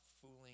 fooling